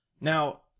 now